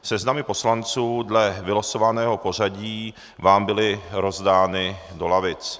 Seznamy poslanců dle vylosovaného pořadí vám byly rozdány do lavic.